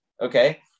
okay